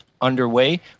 underway